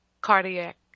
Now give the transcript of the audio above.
cardiac